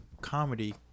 comedy